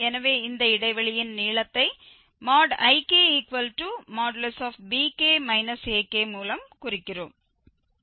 எனவே இந்த இடைவெளியின் நீளத்தை Ikbk ak மூலம் குறிக்கிறோம்